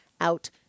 out